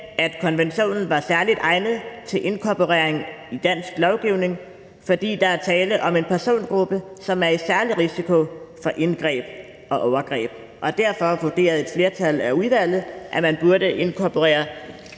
at konventionen er særlig egnet til inkorporering i dansk lovgivning, fordi der er tale om en persongruppe, som er i særlig risiko for indgreb og overgreb. Derfor vurderede et flertal i udvalget, at man burde inkorporere